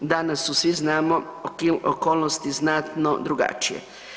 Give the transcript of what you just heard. Danas su, svi znamo, okolnosti znatno drugačije.